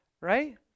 right